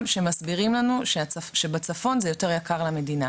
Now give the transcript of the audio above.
שמסבירים לנו שבצפון זה יותר יקר למדינה.